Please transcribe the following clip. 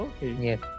yes